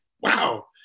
wow